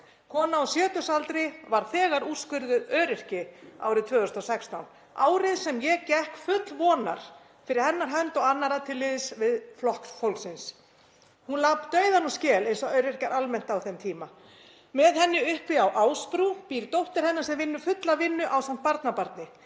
Kona á sjötugsaldri var þegar úrskurðuð öryrki árið 2016, árið sem ég gekk full vonar fyrir hennar hönd og annarra til liðs við Flokk fólksins. Hún lapti dauðann úr skel eins og öryrkjar almennt á þeim tíma. Með henni uppi á Ásbrú býr dóttir hennar, sem vinnur fulla vinnu, ásamt barnabarni.